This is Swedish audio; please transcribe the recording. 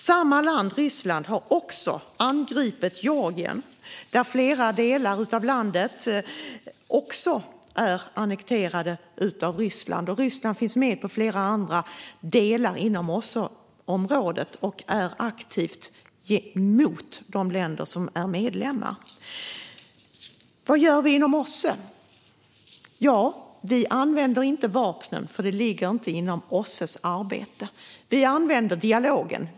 Samma land, Ryssland, har också angripit Georgien, och flera delar av landet är annekterade av Ryssland. Ryssland finns med i flera andra delar inom OSSE-området och är aktivt mot de länder som är medlemmar. Vad gör vi då inom OSSE? Vi använder inte vapnen, för det ligger inte inom OSSE:s arbete. Vi använder dialogen.